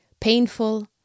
painful